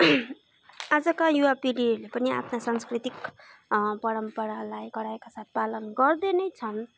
आजका युवा पिँढीहरूले पनि आफ्ना सांस्कृतिक परम्परालाई गराएका छन् पालन गर्दै नै छन्